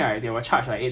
nonsense [one] lah